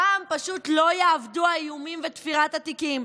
הפעם פשוט לא יעבדו האיומים ותפירת התיקים.